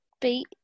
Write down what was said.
beat